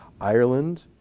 Ireland